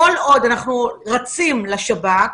כל עוד אנחנו רצים לשב"כ,